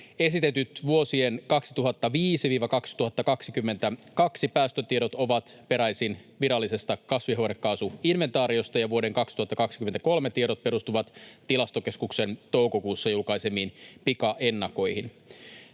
Esitetyt vuosien 2005—2022 päästötiedot ovat peräisin virallisesta kasvihuonekaasuinventaariosta, ja vuoden 2023 tiedot perustuvat Tilastokeskuksen toukokuussa julkaisemiin pikaennakoihin.